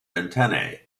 antennae